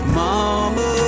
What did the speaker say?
mama